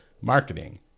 marketing